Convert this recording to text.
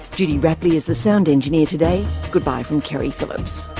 judy rapley is the sound engineer today. goodbye from keri phillips